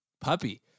puppy